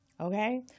Okay